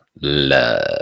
love